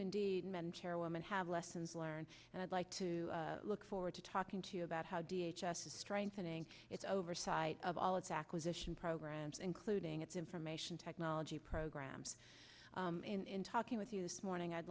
indeed men chairwoman have lessons learned and i'd like to look forward to talking to you about how d h s s strengthening its oversight of all its acquisition programs including its information technology programs in talking with you this morning i'd